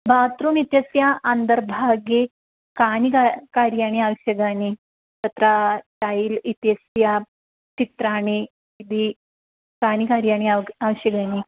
bathroom इत्यस्य अन्तर्भागे कानि का कार्याणि आवश्यकानि तत्र टैल् इत्यस्य चित्राणि इति कानि कार्याणि आव आवश्यकानि